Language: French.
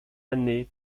année